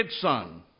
son